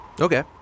Okay